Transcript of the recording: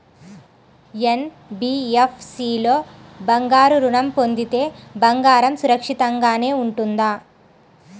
NBFC లో బంగారు ఋణం పొందితే బంగారం సురక్షితంగానే ఉంటుందా?